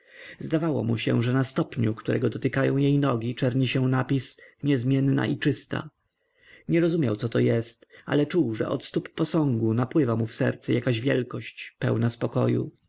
zdawało mu się że na stopniu którego dotykają jej nogi czerni się napis niezmienna i czysta nie rozumiał co to jest ale czuł że od stóp posągu napływa mu w serce jakaś wielkość pełna spokoju